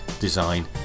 design